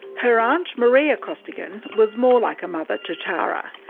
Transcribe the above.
her aunt, maria costigan, was more like a mother to tara.